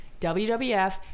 WWF